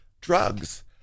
drugs